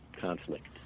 conflict